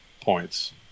points